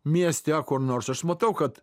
mieste kur nors aš matau kad